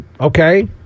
okay